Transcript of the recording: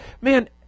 man